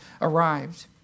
arrived